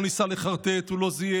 הוא לא ניסה לחרטט, הוא לא זייף.